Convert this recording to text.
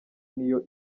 niyo